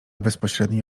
bezpośredniej